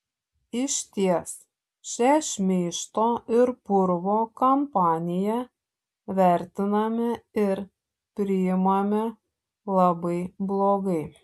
išties šią šmeižto ir purvo kampaniją vertiname ir priimame labai blogai